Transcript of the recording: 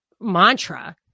mantra